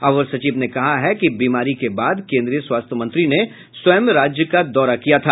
अवर सचिव ने कहा है कि बीमारी के बाद केन्द्रीय स्वास्थ्य मंत्री ने स्वयं राज्य का दौरा किया था